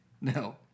No